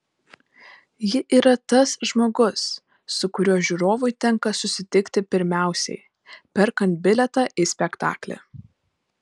ji yra tas žmogus su kuriuo žiūrovui tenka susitikti pirmiausiai perkant bilietą į spektaklį